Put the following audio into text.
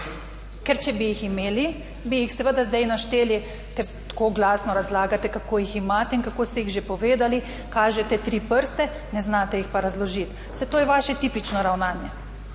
Ker če bi jih imeli, bi jih seveda zdaj našteli, ker tako glasno razlagate, kako jih imate in kako ste jih že povedali, kažete tri prste, ne znate jih pa razložiti. Saj to je vaše tipično ravnanje.